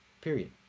Period